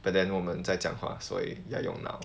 but then 我们在讲话所以要用脑